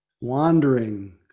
wandering